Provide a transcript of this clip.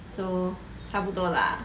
so 差不多啦